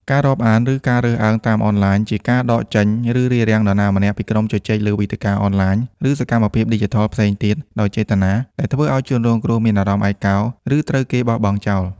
ការមិនរាប់អាន ឬការរើសអើងតាមអនឡាញ ជាការដកចេញ ឬរារាំងនរណាម្នាក់ពីក្រុមជជែកលើវេទិកាអនឡាញ ឬសកម្មភាពឌីជីថលផ្សេងទៀតដោយចេតនា ដែលធ្វើឲ្យជនរងគ្រោះមានអារម្មណ៍ឯកោ ឬត្រូវគេបោះបង់ចោល។